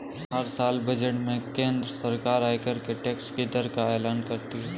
हर साल बजट में केंद्र सरकार आयकर के टैक्स की दर का एलान करती है